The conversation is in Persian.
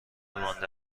مانده